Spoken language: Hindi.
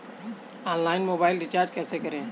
ऑनलाइन मोबाइल रिचार्ज कैसे करें?